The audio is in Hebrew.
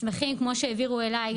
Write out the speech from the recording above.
מסמכים כמו שהעבירו אלי.